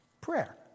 prayer